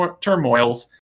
turmoils